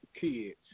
kids